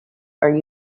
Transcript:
are